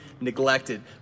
neglected